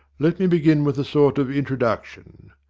let me begin with a sort of introduction.